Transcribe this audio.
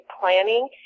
planning